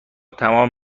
تمام